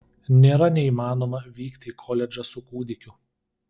nėra neįmanoma vykti į koledžą su kūdikiu